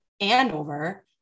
Andover